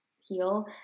heal